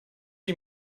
sie